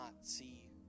see